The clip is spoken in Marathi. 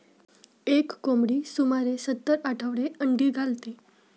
एक कोंबडी सुमारे सत्तर आठवडे अंडी घालते